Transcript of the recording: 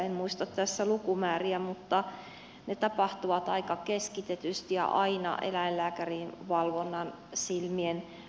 en muista tässä lukumääriä mutta ne tapahtuvat aika keskitetysti ja aina eläinlääkärin valvovan silmän alla